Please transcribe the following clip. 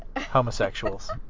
homosexuals